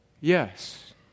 Yes